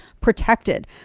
protected